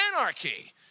anarchy